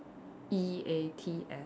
E A T S